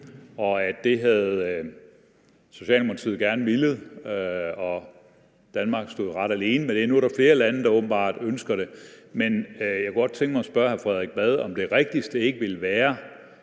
og at det havde Socialdemokratiet gerne villet, og at Danmark stod ret alene med det. Nu er der flere lande, der åbenbart ønsker det. Men jeg kunne godt tænke mig at spørge hr. Frederik Vad, om det mest rigtige ikke ville være,